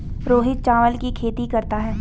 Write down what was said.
रोहित चावल की खेती करता है